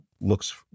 looks